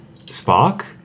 Spock